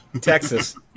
Texas